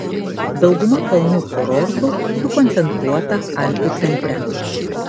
dauguma kalnų kurortų sukoncentruota alpių centre